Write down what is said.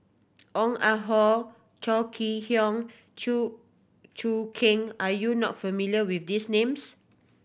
Ong Ah Hoi Chong Kee Hiong Chew Choo Keng are you not familiar with these names